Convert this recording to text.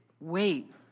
Wait